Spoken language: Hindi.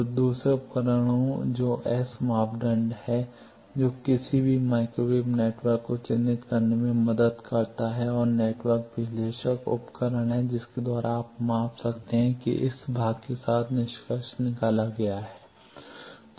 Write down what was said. तो दूसरा उपकरण जो एस मापदंड है जो किसी भी माइक्रोवेव नेटवर्क को चिह्नित करने में मदद करता है और नेटवर्क विश्लेषक उपकरण है जिसके द्वारा आप माप सकते हैं कि इस भाग के साथ निष्कर्ष निकाला गया है